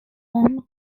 home